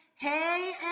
Hey